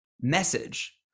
message